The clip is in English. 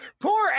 poor